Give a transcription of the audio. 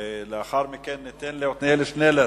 ולאחר מכן ניתן לעתניאל שנלר,